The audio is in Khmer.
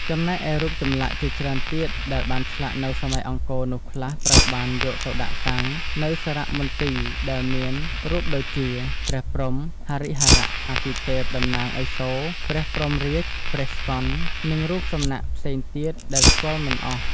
ចំណែកឯរូបចម្លាក់ជាច្រើនទៀតដែលបានឆ្លាក់នៅសម័យអង្គរនោះខ្លះត្រូវបានយកទៅដាក់តាំងនៅសារៈមន្ទីរដែលមានរូបដូចជា ព្រះព្រហ្ម ហរិហរៈអាទិទេពតំណាងឥសូរ ព្រះព្រហ្មរាជ្យ ព្រះស្កន្ទនិងរូបសំណាក់ផ្សេងទៀតដែលស្គាល់មិនអស់។